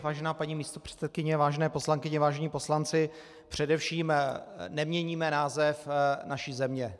Vážená paní místopředsedkyně, vážené poslankyně, vážení poslanci, především neměníme název naší země.